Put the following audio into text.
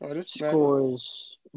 scores